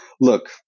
look